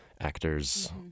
actor's